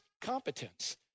competence